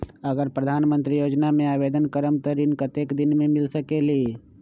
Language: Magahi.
अगर प्रधानमंत्री योजना में आवेदन करम त ऋण कतेक दिन मे मिल सकेली?